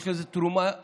יש לזה תרומה אדירה,